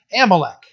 Amalek